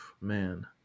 Man